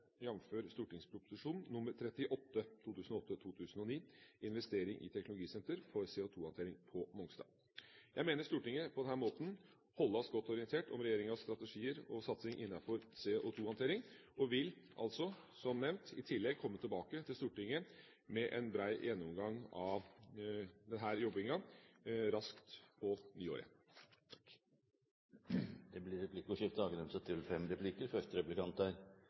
jf. St.prp. nr. 38 for 2008–2009, Investering i teknologisenter for CO2-håndtering på Mongstad. Jeg mener Stortinget på denne måten holdes godt orientert om regjeringas strategier og satsing innenfor CO2-håndtering, og vil, som nevnt, i tillegg komme tilbake til Stortinget med en brei gjennomgang av denne jobbingen raskt på nyåret. Det blir replikkordskifte. Det snakkes om at en har en plan, men den planen er jo strengt tatt begrenset til